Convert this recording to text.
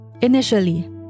Initially